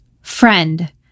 Friend